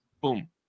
boom